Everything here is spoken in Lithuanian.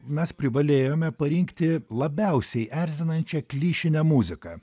mes privalėjome parinkti labiausiai erzinančią klišinę muziką